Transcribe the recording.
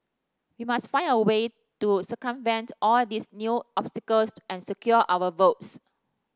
we must find a way to circumvent all these new obstacles and secure our votes